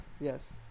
yes